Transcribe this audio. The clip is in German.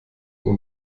uhr